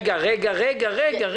רגע, רגע.